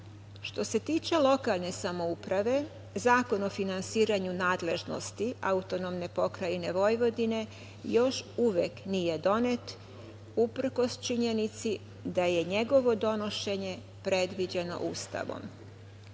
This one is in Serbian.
Što se tiče lokalne samouprave, Zakon o finansiranju nadležnosti AP Vojvodine još uvek nije donet, uprkos činjenici da je njegovo donošenje predviđeno Ustavom.